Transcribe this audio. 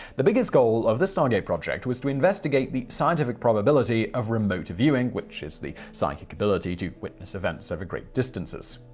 the biggest goal of the stargate project was to investigate the scientific probability of remote viewing, which is the psychic ability to witness events over great distances.